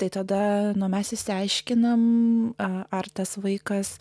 tai tada mes išsiaiškiname ar tas vaikas